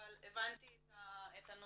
אבל הבנתי את הנושא.